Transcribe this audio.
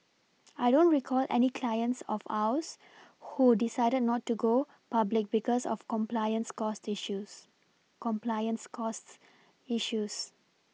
I don't recall any clients of ours who decided not to go public because of compliance costs issues compliance costs issues